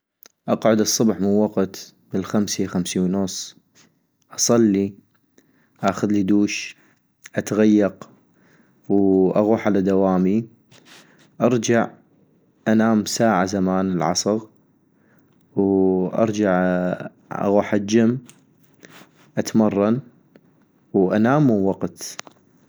اقعد الصبح من وقت بالخمسي خمسي ونص ، اصلي ، اخذلي دوش ، اتغيق واغوح على دوامي - ارجع انام ساعة زمان العصغ ، وارجع اغوح عالجم اتمرن ، وانام من وقت